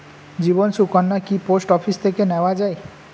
জীবন সুকন্যা কি post office থেকে নেওয়া যায়?